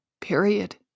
period